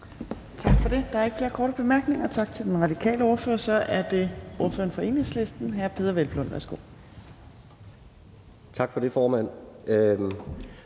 Torp): Der er ikke flere korte bemærkninger. Tak til den radikale ordfører. Så er det ordføreren for Enhedslisten, hr. Peder Hvelplund. Værsgo.